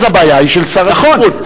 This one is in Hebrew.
אז הבעיה היא של שר השיכון.